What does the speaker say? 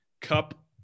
Cup